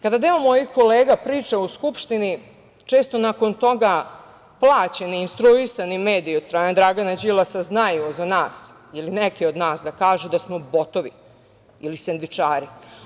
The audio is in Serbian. Kada deo mojih kolega priča u Skupštini, često nakon toga plaćeni i instruisani mediji od strane Dragana Đilasa znaju za nas ili neke od nas da kažu da smo botovi ili sendvičari.